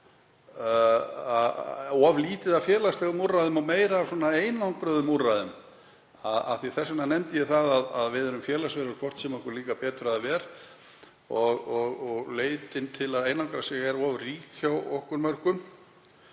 að of lítið sé af félagslegum úrræðum og meira af einangruðum úrræðum. Þess vegna nefndi ég að við erum félagsverur, hvort sem okkur líkar betur eða verr, og tilhneigingin til að einangra sig er of rík hjá okkur mörgum.